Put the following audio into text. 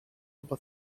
but